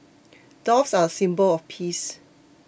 doves are a symbol of peace